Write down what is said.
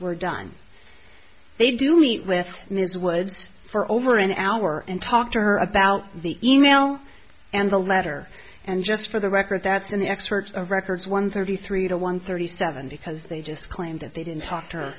we're done they do meet with ms woods for over an hour and talk to her about the e mail and the letter and just for the record that's in the excerpt of records one thirty three to one thirty seven because they just claimed that they didn't talk to